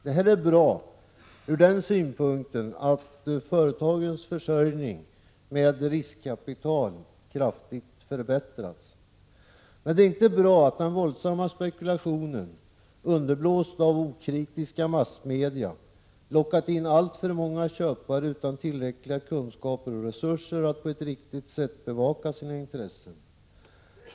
Detta är bra ur den synvinkeln att företagens försörjning med riskkapital kraftigt förbättras. Men det är inte bra att den våldsamma spekulationen, underblåst av okritiska massmedia, har lockat in alltför många köpare utan tillräckliga kunskaper och resurser att på ett riktigt sätt bevaka sina intressen.